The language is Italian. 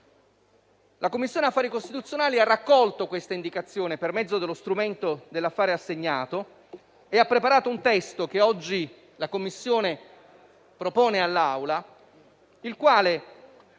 La Commissione affari costituzionali ha raccolto questa indicazione per mezzo dello strumento dell'affare assegnato e ha preparato un testo, che oggi propone all'Assemblea, il quale